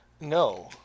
No